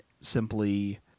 simply